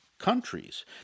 Countries